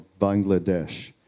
Bangladesh